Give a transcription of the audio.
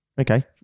Okay